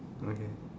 okay